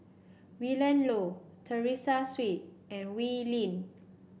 Willin Low Teresa Hsu and Wee Lin